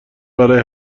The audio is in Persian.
برای